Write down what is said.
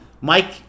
Mike